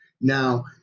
Now